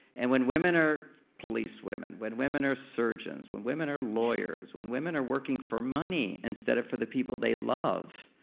and when women are police women, when women are surgeons when women are lawyers. when women are working for money, instead of for the people they love,